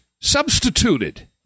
substituted